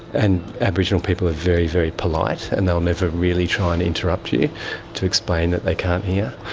and aboriginal people are very, very polite, and they will never really try and interrupt you to explain that they can't hear.